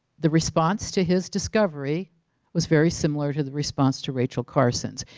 the response to his discovery was very similar to the response to rachel carson.